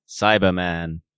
Cyberman